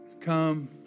Come